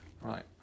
Right